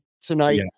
tonight